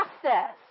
process